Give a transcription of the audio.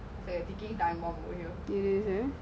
because you like only a matter of